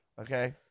Okay